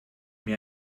mir